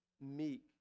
meek